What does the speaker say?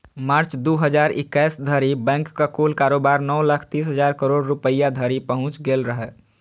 मार्च, दू हजार इकैस धरि बैंकक कुल कारोबार नौ लाख तीस हजार करोड़ रुपैया धरि पहुंच गेल रहै